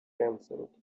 cancelled